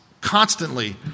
constantly